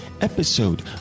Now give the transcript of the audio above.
episode